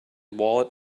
wallet